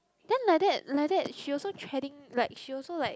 then like that like that she also treading like she also like